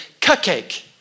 cupcake